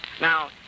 Now